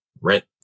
rent